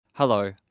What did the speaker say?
Hello